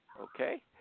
okay